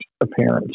appearance